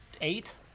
eight